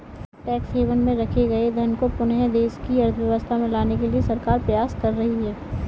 tax haven में रखे गए धन को पुनः देश की अर्थव्यवस्था में लाने के लिए सरकार प्रयास कर रही है